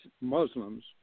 Muslims